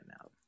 now